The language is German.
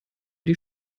die